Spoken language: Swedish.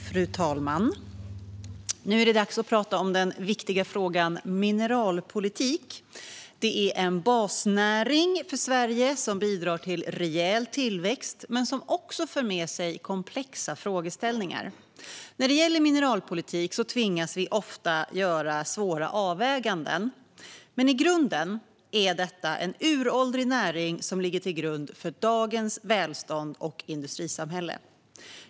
Fru talman! Nu är det dags att tala om den viktiga frågan mineralpolitik. Det är en basnäring för Sverige som bidrar till rejäl tillväxt men som också för med sig komplexa frågeställningar. I mineralpolitiken tvingas vi ofta göra svåra avväganden, men i grunden är detta en uråldrig näring som ligger till grund för dagens välstånd och industrisamhälle.